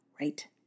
right